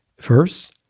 first,